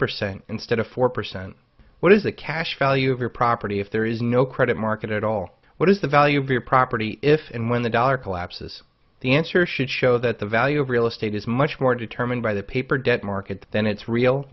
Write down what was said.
percent instead of four percent what is the cash value of your property if there is no credit market at all what is the value of your property if and when the dollar collapses the answer should show that the value of real estate is much more determined by the paper debt market than its real